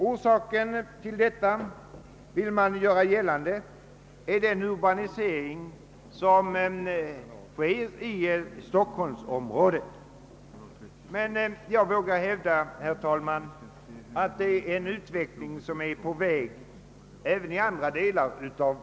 Orsaken till detta förhållande torde vara den urbanisering som försiggår i stockholmsområdet. Jag vågar emellertid hävda att det är en utveckling som är på gång även i andra delar av landet.